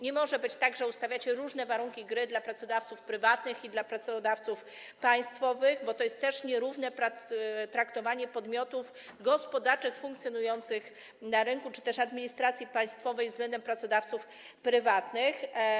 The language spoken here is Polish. Nie może być tak, że ustanawiacie różne warunki gry dla pracodawców prywatnych i dla pracodawców państwowych, bo to jest nierówne traktowanie podmiotów gospodarczych funkcjonujących na rynku czy też administracji państwowej względem pracodawców prywatnych.